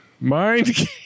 mind